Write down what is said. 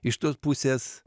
iš tos pusės